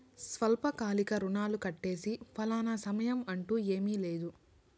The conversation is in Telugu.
స్వల్పకాలిక రుణాలు కట్టేకి ఫలానా సమయం అంటూ ఏమీ లేదు